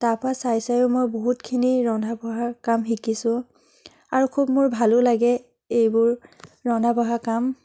তাৰ পৰা চাই চায়ো মই বহুতখিনি ৰন্ধা বঢ়াৰ কাম শিকিছোঁ আৰু খুব মোৰ ভালো লাগে এইবোৰ ৰন্ধা বঢ়া কাম